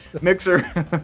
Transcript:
Mixer